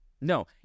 No